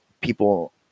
people